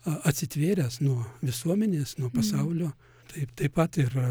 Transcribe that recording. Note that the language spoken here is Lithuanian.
a atsitvėręs nuo visuomenės nuo pasaulio taip taip pat yra